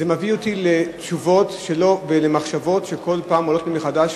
זה מביא אותי לתשובות ולמחשבות שכל פעם עולות לי מחדש.